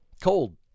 cold